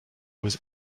was